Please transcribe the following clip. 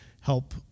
help